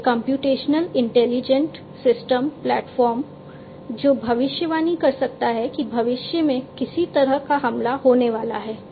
एक computational intelligent system platform जो भविष्यवाणी कर सकता है कि भविष्य में किसी तरह का हमला होने वाला है